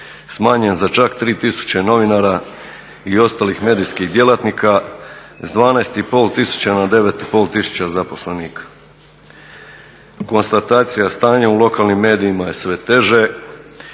smanjen za čak 3000 novinara i ostalih medijskih djelatnika, s 12 500 na 9 500 tisuća zaposlenika. Konstatacija stanja u lokalnim medijima je sve teže,